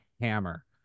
hammer